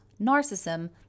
narcissism